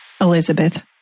Elizabeth